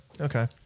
Okay